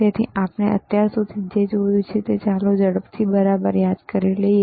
તેથી આપણે અત્યાર સુધી જે જોયું છે ચાલો ઝડપથી બરાબર યાદ કરીએ